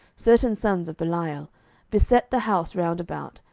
certain sons of belial, beset the house round about,